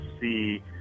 see